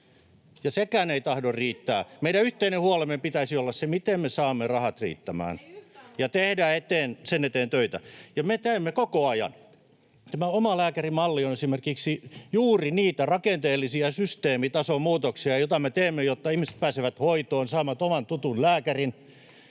ja sekään ei tahdo riittää. Meidän yhteisen huolemme pitäisi olla se, miten me saamme rahat riittämään, ja pitäisi tehdä sen eteen töitä, ja me teemme koko ajan. Esimerkiksi tämä omalääkärimalli on juuri niitä rakenteellisia systeemitason muutoksia, joita me teemme, jotta ihmiset pääsevät hoitoon ja saavat oman tutun lääkärin.